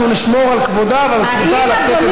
נשמור על כבודה ועל זכותה לשאת את דבריה.